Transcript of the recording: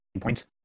points